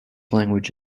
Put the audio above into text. language